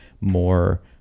more